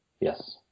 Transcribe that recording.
Yes